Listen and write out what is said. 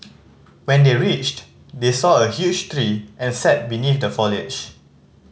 when they reached they saw a huge tree and sat beneath the foliage